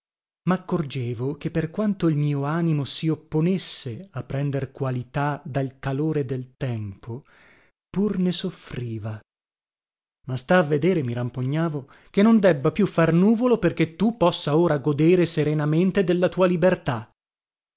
freddo maccorgevo che per quanto il mio animo si opponesse a prender qualità dal colore del tempo pur ne soffriva ma sta a vedere mi rampognavo che non debba più far nuvolo perché tu possa ora godere serenamente della tua libertà